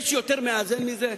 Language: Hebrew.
יש יותר מאזן מזה?